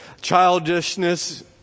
childishness